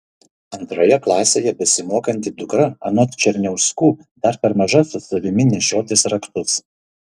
antroje klasėje besimokanti dukra anot černiauskų dar per maža su savimi nešiotis raktus